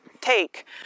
take